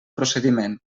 procediment